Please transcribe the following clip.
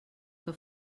que